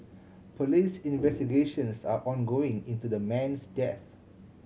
police investigations are ongoing into the man's death